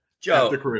Joe